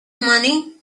money